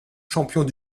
champions